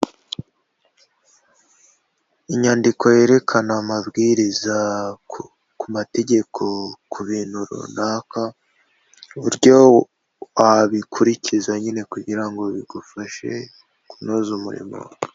Inyandiko yerekana amabwiriza ku mategeko ku bintu runaka, uburyo wabikurikiza nyine kugira ngo bigufashe kunoza umurimo.